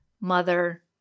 mother